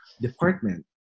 department